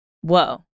whoa